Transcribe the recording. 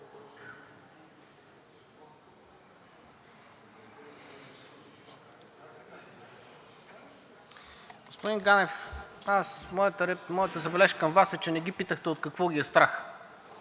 Господин Ганев, моята забележка към Вас е, че не ги питахте от какво ги е страх.